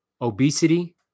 obesity